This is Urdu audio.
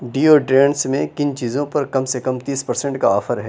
ڈیوڈرنٹس نے کن چیزوں پر کم سے کم تیس پرسینٹ کا آفر ہے